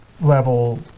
level